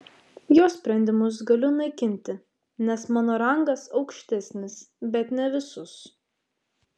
jo sprendimus galiu naikinti nes mano rangas aukštesnis bet ne visus